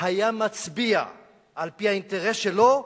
היה מצביע על-פי האינטרס שלו,